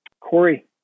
Corey